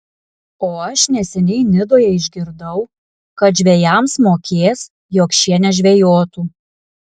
o aš neseniai nidoje išgirdau kad žvejams mokės jog šie nežvejotų